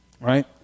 right